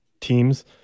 teams